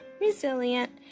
resilient